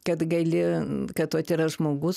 kad gali kad vat yra žmogus